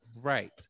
Right